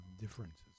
differences